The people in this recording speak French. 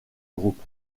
groupe